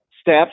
steps